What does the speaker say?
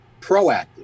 proactive